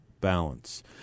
BALANCE